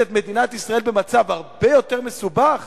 את מדינת ישראל במצב הרבה יותר מסובך?